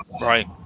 right